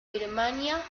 birmania